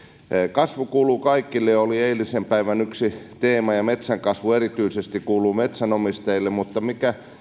kasvu kuuluu kaikille oli eilisen päivän yksi teema ja metsän kasvu erityisesti kuuluu metsänomistajille mikä